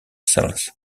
cells